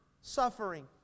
suffering